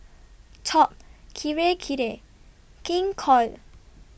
Top Kirei Kirei King Koil